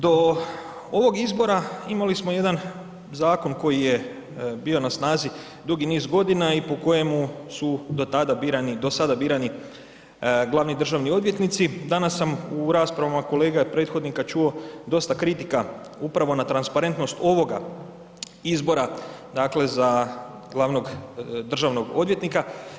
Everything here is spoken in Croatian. Do ovog izbora imali smo jedan zakon koji je bio na snazi dugi niz godina i po kojemu su do tada birani, do sada birani glavni državni odvjetnici, danas sam u raspravama kolega prethodnika čuo dosta kritika upravo na transparentnost ovoga izbora dakle za glavnog državnog odvjetnika.